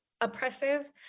oppressive